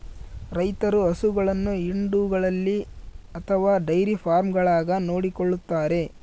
ರೈತರು ಹಸುಗಳನ್ನು ಹಿಂಡುಗಳಲ್ಲಿ ಅಥವಾ ಡೈರಿ ಫಾರ್ಮ್ಗಳಾಗ ನೋಡಿಕೊಳ್ಳುತ್ತಾರೆ